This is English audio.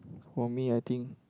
for me I think